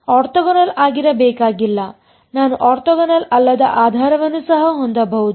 orthogonal ಆಗಿರಬೇಕಾಗಿಲ್ಲ ನಾನು orthogonal ಅಲ್ಲದ ಆಧಾರವನ್ನು ಸಹ ಹೊಂದಬಹುದು